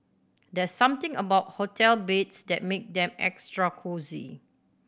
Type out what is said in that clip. there's something about hotel beds that make them extra cosy